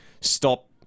stop